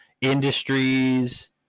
industries